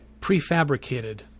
prefabricated